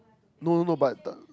no no no but the